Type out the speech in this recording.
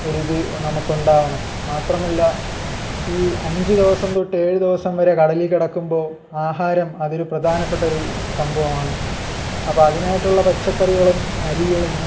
ഒരിത് നമുക്കുണ്ടാവണം മാത്രമല്ല ഈ അഞ്ച് ദിവസം തൊട്ട് ഏഴു ദിവസം വരെ കടലിൽ കിടക്കുമ്പോൾ ആഹാരം അതൊരു പ്രധാനപ്പെട്ടൊരു സംഭവമാണ് അപ്പം അതിനായിട്ടുള്ള പച്ചക്കറികളും അരികളും